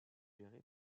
géré